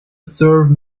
serve